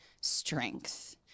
strength